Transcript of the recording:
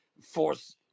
force